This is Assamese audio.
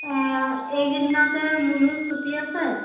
এই কেইদিনতে মুনুৰ ছুটি আছে